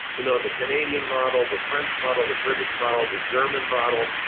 you know, the canadian model, the french model, the british model, the german model.